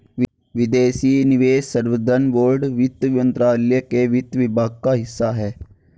विदेशी निवेश संवर्धन बोर्ड वित्त मंत्रालय के वित्त विभाग का हिस्सा है